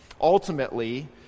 Ultimately